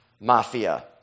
Mafia